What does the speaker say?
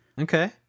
okay